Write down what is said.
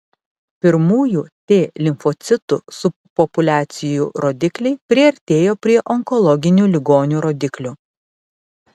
pirmųjų t limfocitų subpopuliacijų rodikliai priartėjo prie onkologinių ligonių rodiklių